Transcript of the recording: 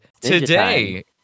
today